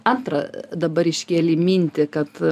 antrą dabar iškėlei mintį kad